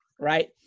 right